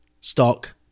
stock